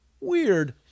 Weird